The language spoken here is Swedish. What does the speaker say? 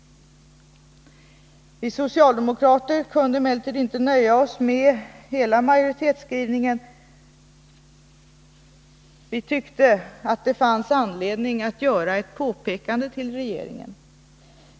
Vi socialdemokrater kunde emellertid inte nöja oss med hela majoritetsskrivningen. Vi tyckte att det fanns anledning att göra ett påpekande till regeringen.